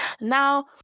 Now